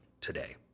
today